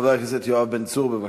חבר הכנסת יואב בן צור, בבקשה.